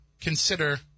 consider